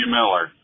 Miller